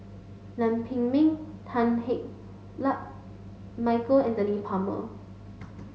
Lam Pin Min Tan Hei Luck Michael Anthony Palmer